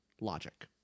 logic